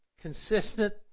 consistent